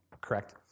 correct